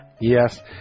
Yes